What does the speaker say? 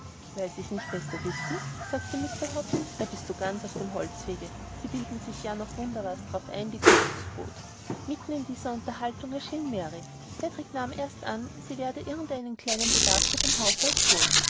weil sie's nicht besser wissen sagte mr hobbs da bist du ganz auf dem holzwege sie bilden sich ja noch wunder was darauf ein die kuckucksbrut mitten in dieser unterhaltung erschien mary cedrik nahm erst an sie werde irgend einen kleinen bedarf für den haushalt holen